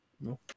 No